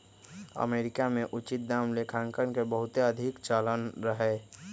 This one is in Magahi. अमेरिका में उचित दाम लेखांकन के बहुते अधिक चलन रहै